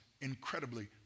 incredibly